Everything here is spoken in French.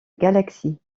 galaxies